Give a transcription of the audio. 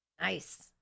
Nice